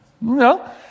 No